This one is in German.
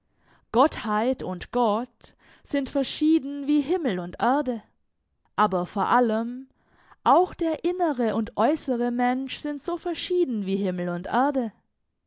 gottheit und gott sind verschieden wie himmel und erde aber vor allem auch der innere und äußere mensch sind so verschieden wie himmel und erde